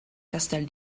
castel